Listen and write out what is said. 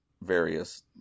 various